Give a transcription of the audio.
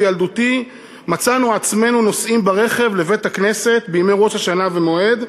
בילדותי מצאנו עצמנו נוסעים ברכב לבית-הכנסת בימי ראש השנה ומועד,